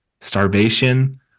starvation